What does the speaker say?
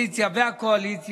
מוותרת,